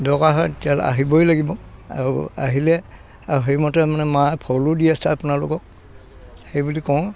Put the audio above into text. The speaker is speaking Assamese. দৰকাৰ হয় তেতিয়াহ'লে আহিবই লাগিব আৰু আহিলে সেইমতে মানে মায়ে ফলো দি আছে আপোনালোকক সেইবুলি কওঁ